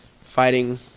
fighting